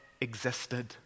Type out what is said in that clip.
existed